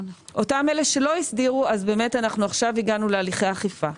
אותם אלה שלא הסדירו אז באמת עכשיו הגענו להליכי אכיפה.